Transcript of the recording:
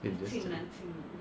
they just